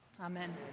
Amen